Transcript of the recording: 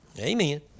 Amen